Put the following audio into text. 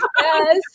Yes